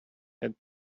had